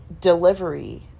delivery